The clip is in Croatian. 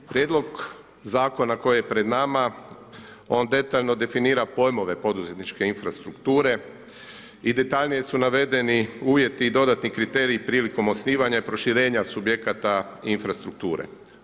Prijedlog zakona koji je pred nama, on detaljno definira pojmove poduzetničke infrastrukture i detaljnije su navedeni uvjeti i dodatni kriteriji prilikom osnivanja i proširenja subjekata infrastrukture.